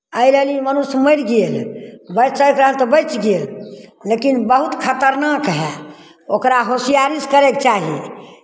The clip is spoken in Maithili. एहि लेल ई मनुष्य मरि गेल बचयके रहल तऽ बचि गेल लेकिन बहुत खतरनाक हइ ओकरा होशियारीसँ करयके चाही